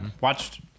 watched